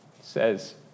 says